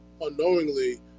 unknowingly